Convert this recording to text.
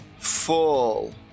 full